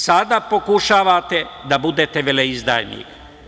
Sada pokušavate da budete veleizdajnik.